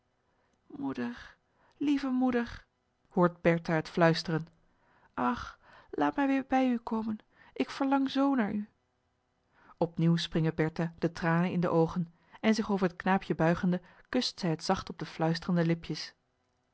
moeder lieve moeder hoort bertha het fluisteren ach laat mij weer bij u komen ik verlang zoo naar u opnieuw springen bertha de tranen in de oogen en zich over het knaapje buigende kust zij het zacht op de fluisterende lipjes